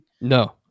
No